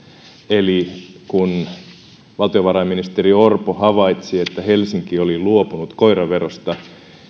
eli kun valtiovarainministeri orpo havaitsi että helsinki oli luopunut koiraverosta